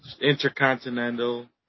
Intercontinental